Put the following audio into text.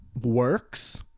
works